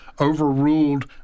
overruled